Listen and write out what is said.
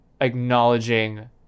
acknowledging